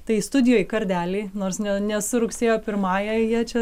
tai studijoj kardeliai nors ne ne su rugsėjo pirmąja jie čia